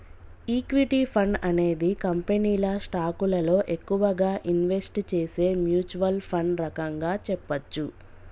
equity fund అనేది కంపెనీల స్టాకులలో ఎక్కువగా ఇన్వెస్ట్ చేసే మ్యూచ్వల్ ఫండ్ రకంగా చెప్పచ్చు